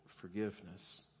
forgiveness